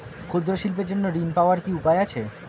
ক্ষুদ্র শিল্পের জন্য ঋণ পাওয়ার কি উপায় আছে?